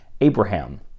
Abraham